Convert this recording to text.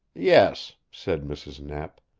yes, said mrs. knapp.